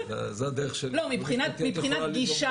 דיון משפטי